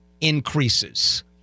increases